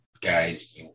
guys